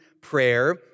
prayer